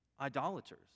idolaters